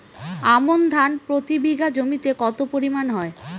আমন ধান প্রতি বিঘা জমিতে কতো পরিমাণ হয়?